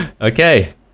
Okay